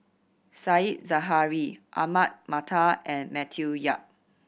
Said Zahari Ahmad Mattar and Matthew Yap